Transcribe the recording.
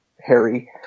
Harry